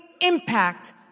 impact